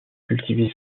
cultivées